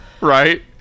right